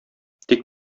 тик